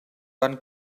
van